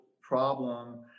problem